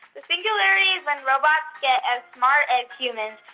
the singularity is when robots get as smart as humans.